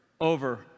over